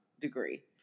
degree